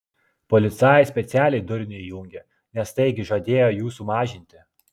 policajai specialiai durnių įjungė nes taigi žadėjo jų sumažinti